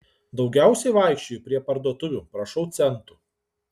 daugiausiai vaikščioju prie parduotuvių prašau centų